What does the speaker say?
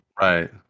right